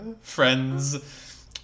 friends